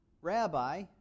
Rabbi